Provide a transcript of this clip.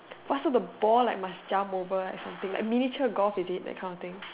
pass her the ball so must jump over and something like miniature golf is it that kind of thing